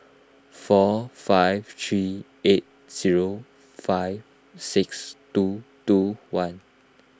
four five three eight zero five six two two one